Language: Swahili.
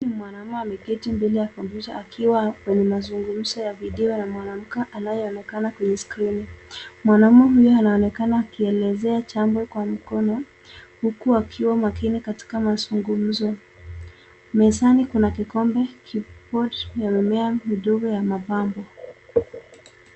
Mwanaume ameketi mbele ya kompyuta akiwa kwenye mazungumzo ya video na mwanamke anayeonekana kuwa kwenye skrini. Wanaume huyo anaonekana akielezea jambo kwa mkono huku akiwa makini katika mazungumzo. Mezani kuna kikombe kipoa cha mimea midogo ya mapambo.